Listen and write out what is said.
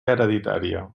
hereditària